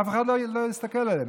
אף אחד לא הסתכל עליהם.